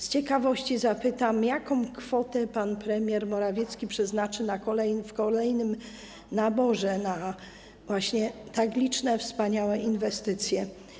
Z ciekawości zapytam: Jaką kwotę pan premier Morawiecki przeznaczy w kolejnym naborze na właśnie tak liczne, wspaniałe inwestycje?